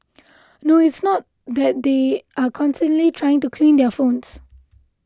no it's not that they are constantly trying to clean their phones